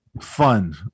fun